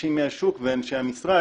אנשים מהשוק ואנשי המשרד.